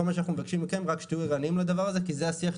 כל מה שאנחנו מבקשים מכם זה רק שתהיו מודעים לדבר הזה כי זה השיח,